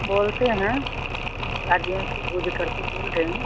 बोलते हैं गार्जियन से बूझ करके बोल रहे हैं